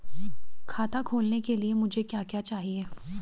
खाता खोलने के लिए मुझे क्या क्या चाहिए?